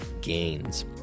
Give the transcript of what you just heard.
gains